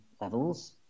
levels